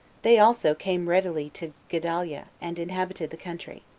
they also came readily to gedaliah, and inhabited the country.